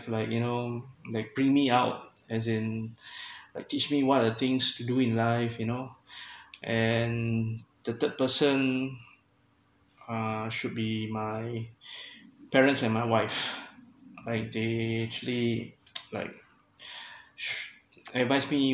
like you know like bring me out as in like teach me what are the things to do in life you know and the third person uh should be my parents and my wife like they actually like advice me